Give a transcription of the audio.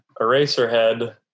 Eraserhead